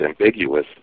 ambiguous